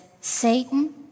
Satan